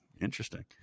interesting